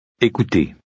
Écoutez